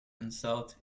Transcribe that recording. unsought